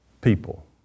People